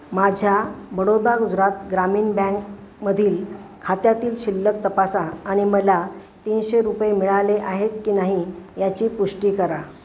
माझ्या बडोदा गुजरात ग्रामीण बँक मधील खात्यातील शिल्लक तपासा आणि मला तीनशे रुपये मिळाले आहेत की नाही याची पुष्टी करा